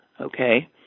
Okay